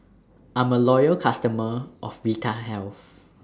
I'm A Loyal customer of Vitahealth